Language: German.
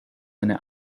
eine